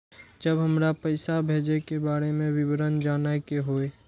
जब हमरा पैसा भेजय के बारे में विवरण जानय के होय?